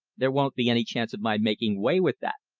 there won't be any chance of my making way with that.